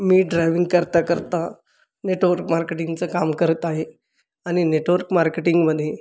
मी driving करता करता network मार्केटिंगचं काम करत आहे आणि नेटवर्क मार्केटिंगमध्ये